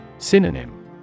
Synonym